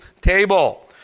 table